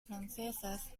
francesas